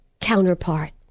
counterpart